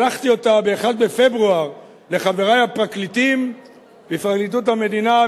שלחתי אותה ב-1 בפברואר לחברי הפרקליטים בפרקליטות המדינה,